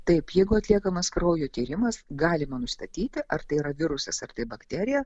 taip jeigu atliekamas kraujo tyrimas galima nustatyti ar tai yra virusas ar tai bakterija